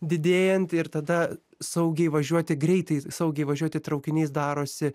didėjant ir tada saugiai važiuoti greitai saugiai važiuoti traukiniais darosi